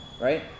right